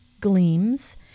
Gleams